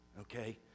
Okay